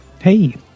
hey